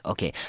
Okay